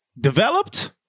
developed